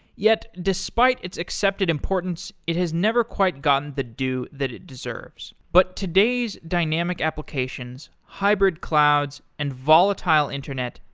yet, despite its accepted importance, it has never quite gotten the due that it deserves. but today's dynamic applications, hybrid clouds and volatile internet,